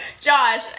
Josh